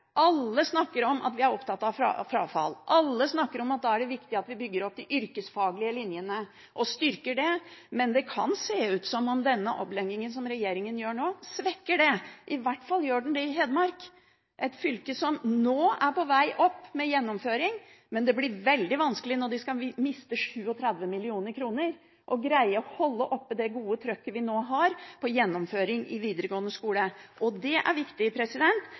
Alle snakker om at man er opptatt av frafall. Alle snakker om at det er viktig å bygge opp de yrkesfaglige linjene og styrke dem. Men det kan se ut som om denne omleggingen som regjeringen gjør nå, svekker det – i hvert fall gjør den det i Hedmark. Det er et fylke som nå er på vei opp når det gjelder gjennomføring. Det blir veldig vanskelig når de skal miste 37 mill. kr, å greie å holde oppe det gode trykket man nå har på gjennomføring i videregående skole. Det er viktig.